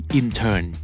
intern